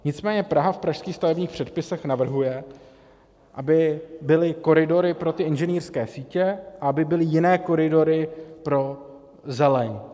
Nicméně Praha v pražských stavebních předpisech navrhuje, aby byly koridory pro inženýrské sítě a aby byly jiné koridory pro zeleň.